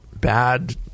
bad